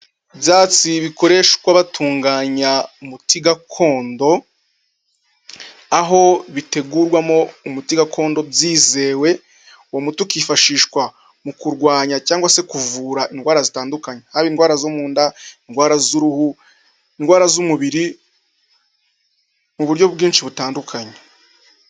Ibyatsi bikoreshwa batunganya umuti gakondo, aho bitegurwamo umuti gakondo byizewe, uwo muti ukifashishwa mu kurwanya cyangwa se kuvura indwara zitandukanye. Haba indwara zo mu nda, indwara z'uruhu, indwara z'umubiri, mu buryo bwinshi butandukanye.